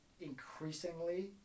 increasingly